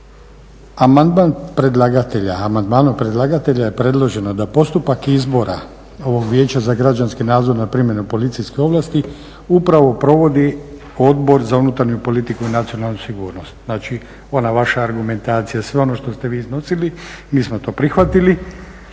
Amandmanom predlagatelja je predloženo da postupak izbora ovog vijeća za građanski nadzor nad primjenom policijske ovlasti upravo provodi Odbor za unutarnju politiku i nacionalnu sigurnost. Znači ona vaša argumentacija, sve ono što ste vi iznosili mi smo to prihvatili